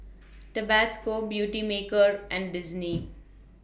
Tabasco Beautymaker and Disney